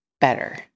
better